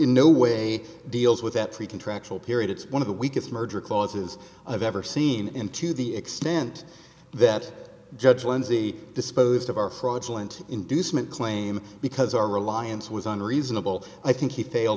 no way deals with that free contractual period it's one of the weakest merger clauses i've ever seen and to the extent that judge lindsay disposed of our fraudulent inducement claim because our reliance was on reasonable i think he